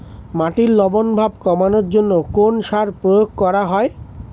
মাটির লবণ ভাব কমানোর জন্য কোন সার প্রয়োগ করা হয়?